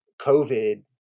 COVID